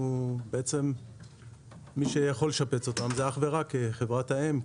בעצם מי שיכול לשפץ אותם זה אך ורק חברת האם,